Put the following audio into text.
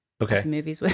Okay